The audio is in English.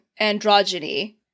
androgyny